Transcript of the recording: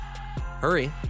Hurry